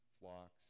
flocks